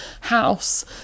house